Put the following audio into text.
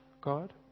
God